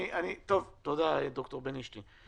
תודה, ד"ר יוסי בנישתי.